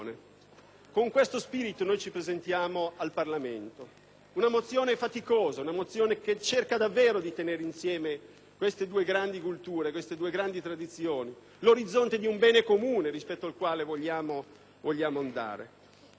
Con questo spirito ci presentiamo al Parlamento. Si tratta di una mozione faticosa, che cerca davvero di tenere insieme queste due grandi culture, queste due grandi tradizioni, l'orizzonte di un bene comune verso il quale vogliamo andare.